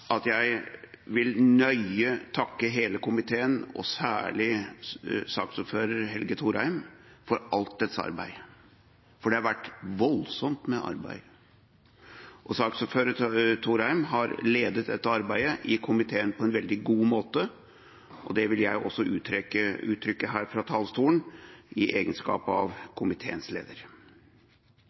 at jeg vil nøye takke hele komiteen, og særlig saksordfører Helge Thorheim, for alt sitt arbeid. Det har vært voldsomt med arbeid, og saksordfører Thorheim har ledet dette arbeidet i komiteen på en veldig god måte. Det vil jeg også uttrykke her fra talerstolen i egenskap av komiteens leder.